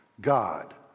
God